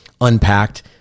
unpacked